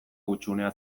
hutsunea